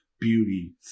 beauty